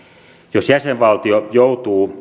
jos jäsenvaltio joutuu